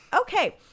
Okay